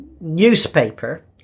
newspaper